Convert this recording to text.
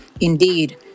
indeed